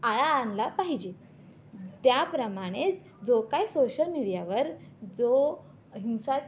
आळा आणला पाहिजे त्याप्रमाणेच जो काय सोशल मीडियावर जो हिंसा